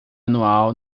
anual